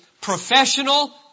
professional